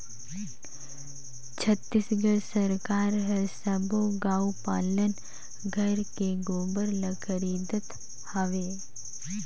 छत्तीसगढ़ सरकार हर सबो गउ पालन घर के गोबर ल खरीदत हवे